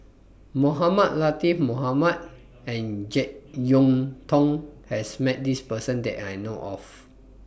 Mohamed Latiff Mohamed and Jek Yeun Thong has Met This Person that I know of